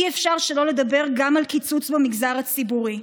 אי-אפשר שלא לדבר גם על קיצוץ במגזר הציבורי.